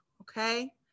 okay